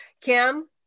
kim